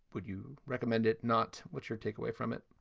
would you recommend it not? what's your take away from it?